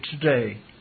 today